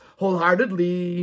wholeheartedly